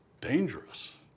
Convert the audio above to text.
dangerous